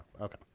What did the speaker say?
Okay